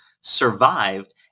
survived